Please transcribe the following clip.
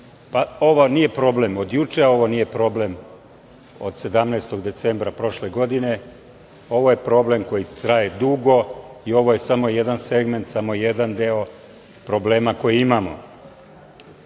Ovo nije problem od juče, ovo nije problem od 17. decembra prošle godine, ovo je problem koji traje dugo i ovo je samo jedan segment, samo jedan deo problema koji imamo. Na